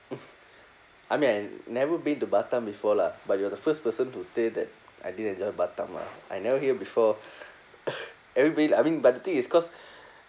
I mean I never been to batam before lah but you are the first person to tell that I didn't enjoy batam ah I never hear before everybody like I mean but the thing is cause